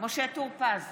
משה טור פז,